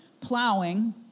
plowing